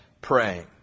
praying